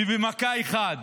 ובמכה אחת.